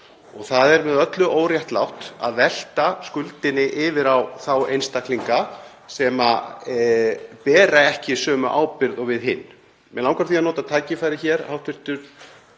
Það er með öllu óréttlátt að velta skuldinni yfir á þá einstaklinga sem ekki bera sömu ábyrgð og við hin. Mig langar að nota tækifærið hér,